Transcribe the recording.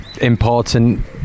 important